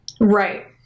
Right